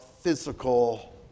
physical